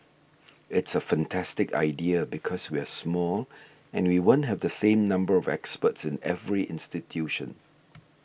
it's a fantastic idea because we're small and we won't have the same number of experts in every institution